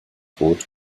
rot